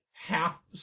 Half